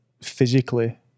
physically